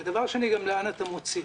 ודבר שני, גם לאן אתה מוציא.